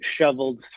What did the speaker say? shoveled